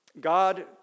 God